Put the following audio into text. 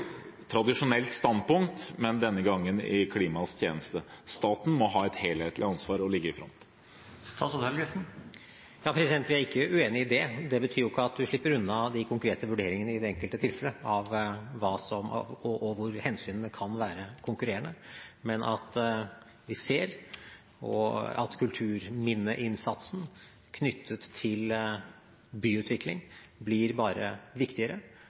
tradisjonelt standpunkt, men denne gangen i klimaets tjeneste. Staten må ha et helhetlig ansvar og ligge i front. Vi er ikke uenige i det. Det betyr ikke at man slipper unna de konkrete vurderingene i det enkelte tilfellet, hvor hensynene kan være konkurrerende. Men at vi ser at kulturminneinnsatsen knyttet til byutvikling blir bare viktigere,